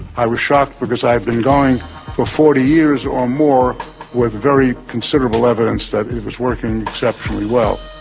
i was shocked because i have been going for forty years or more with very considerable evidence that it was working exceptionally well.